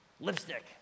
Lipstick